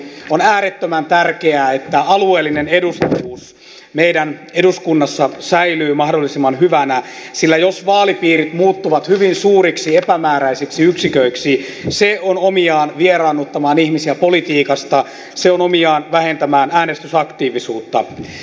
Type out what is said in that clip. on äärettömän tärkeää että alueellinen edustavuus meidän eduskunnassa säilyy mahdollisimman hyvänä sillä jos vaalipiirit muuttuvat hyvin suuriksi epämääräisiksi yksiköiksi se on omiaan vieraannuttamaan ihmisiä politiikasta se on omiaan vähentämään äänestysaktiivisuutta